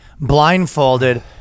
blindfolded